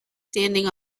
standing